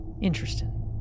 Interesting